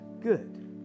good